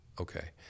Okay